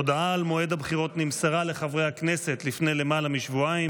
הודעה על מועד הבחירות נמסרה לחברי הכנסת לפני למעלה משבועיים,